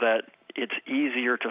that it's easier to